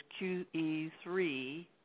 QE3